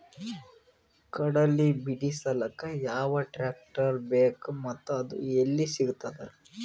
ಕಡಲಿ ಬಿಡಿಸಲಕ ಯಾವ ಟ್ರಾಕ್ಟರ್ ಬೇಕ ಮತ್ತ ಅದು ಯಲ್ಲಿ ಸಿಗತದ?